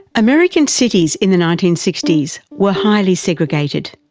american cities in the nineteen sixty s were highly segregated.